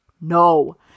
No